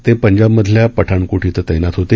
ते पंजाबमधल्या पठाणकोट इथं तैनात होते